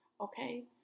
Okay